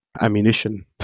ammunition